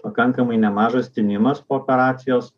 pakankamai nemažas tinimas po operacijos